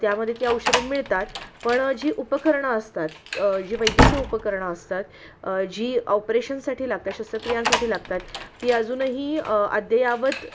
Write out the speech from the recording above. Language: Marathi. त्यामध्ये ती औषधं मिळतात पण जी उपकरणं असतात जी वैद्यकीय उपकरणं असतात जी ऑपरेशनसाठी लागतात शस्त्रक्रियांसाठी लागतात ती अजूनही अद्ययावत